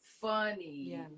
funny